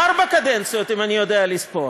ארבע קדנציות, אם אני יודע לספור.